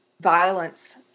violence